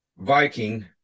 Viking